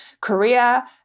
Korea